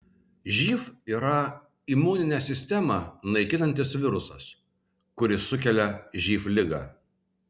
živ yra imuninę sistemą naikinantis virusas kuris sukelia živ ligą